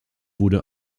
wurde